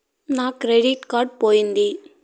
నా debit card పోయింది